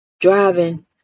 Driving